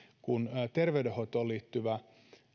kun terveydenhoitoon liittyvän